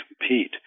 compete